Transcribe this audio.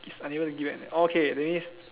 is unable to give back oh okay that means